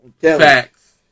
Facts